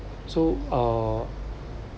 so uh